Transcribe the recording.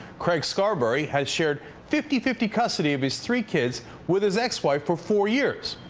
craig scarberry has shared fifty fifty custody of his three kids with his ex-wife for four years.